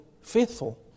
faithful